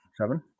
seven